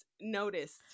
noticed